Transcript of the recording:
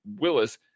Willis